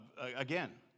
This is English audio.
Again